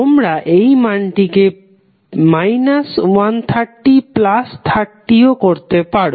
তোমরা এই মানটিকে 130 30 ও করতে পারো